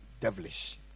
devilish